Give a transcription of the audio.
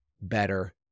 better